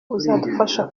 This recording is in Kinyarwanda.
uzadufasha